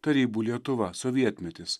tarybų lietuva sovietmetis